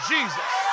Jesus